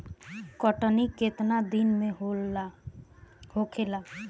कटनी केतना दिन में होखे?